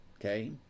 okay